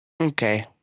Okay